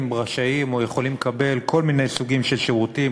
הדיירים רשאים או יכולים לקבל כל מיני סוגים של שירותים,